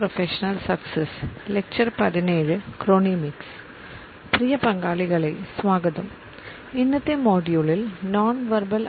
പ്രിയ പങ്കാളികളേ സ്വാഗതം ഇന്നത്തെ മൊഡ്യൂളിൽ നോൺ വെർബൽ